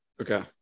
Okay